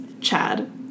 Chad